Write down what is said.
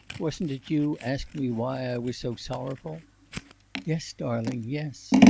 wasn't it you asked me why i was so sorrowful yes, darling, yes.